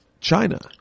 China